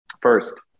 First